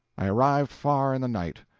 i arrived far in the night.